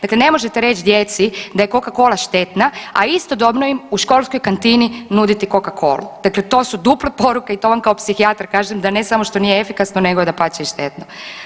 Dakle, ne možete reći djeci da je Coca-cola štetna, a istodobno im u školskoj kantini nuditi Coca-colu, dakle to su duple poruke i to vam kao psihijatar kažem da ne samo da nije efikasno nego je dapače i štetno.